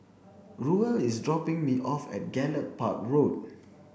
Ruel is dropping me off at Gallop Park Road